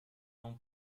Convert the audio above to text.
non